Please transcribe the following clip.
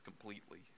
completely